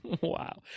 Wow